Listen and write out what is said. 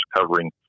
covering